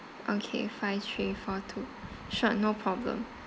okay five three four two sure no problem